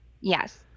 yes